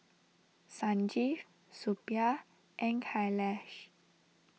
Sanjeev Suppiah and Kailash